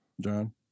John